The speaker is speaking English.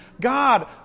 God